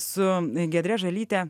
su giedre žalyte